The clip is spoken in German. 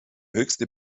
höchste